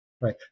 right